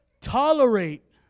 Tolerate